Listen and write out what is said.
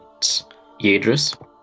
Yadris